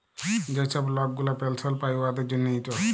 যে ছব লক গুলা পেলসল পায় উয়াদের জ্যনহে ইট